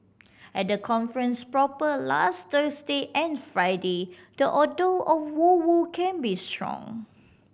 at the conference proper last Thursday and Friday the odour of woo woo can be strong